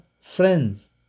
friends